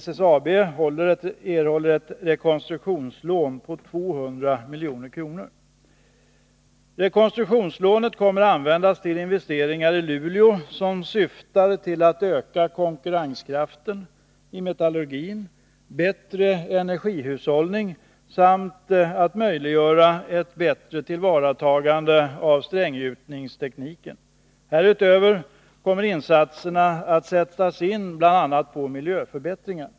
SSAB erhåller ett rekonstruktionslån på 200 milj.kr. Rekonstruktionslånet kommer att användas till investeringar i Luleå som syftar till att öka konkurrenskraften i metallurgin, till bättre energihushållning samt till att möjliggöra ett bättre tillvaratagande av stränggjutningstekniken. Härutöver kommer insatserna att sättas in på bl.a. miljöförbättringar.